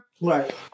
Right